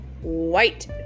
white